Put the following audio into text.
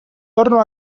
torno